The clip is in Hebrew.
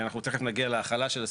אנחנו תכף נגיע להחלה של הסעיפים,